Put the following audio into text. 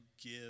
give